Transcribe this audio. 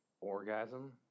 orgasm